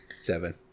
Seven